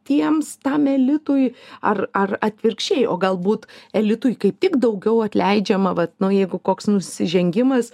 tiems tam elitui ar ar atvirkščiai o galbūt elitui kaip tik daugiau atleidžiama vat nu jeigu koks nusižengimas